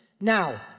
Now